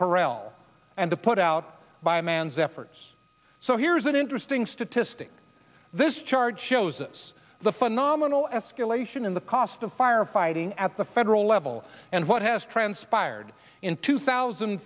corral and to put out by a man's efforts so here's an interesting statistic this chart shows us the phenomenal escalation in the cost of firefighting at the federal level and what has transpired in two thousand